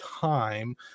time